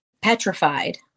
petrified